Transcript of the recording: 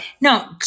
No